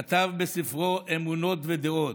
כתב בספרו "אמונות ודעות"